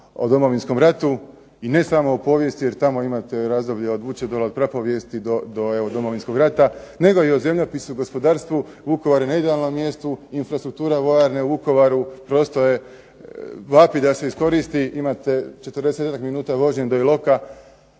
o Domovinskom ratu i ne samo o povijesti, jer tamo imate razdoblje od Vučedola od prapovijesti do evo Domovinskog rata, nego i o zemljopisu, gospodarstvu. Vukovar je na idealnom mjestu, infrastruktura vojarne u Vukovaru prosto vapi da se iskoristi. Imate 40-ak minuta vožnje do Iloka,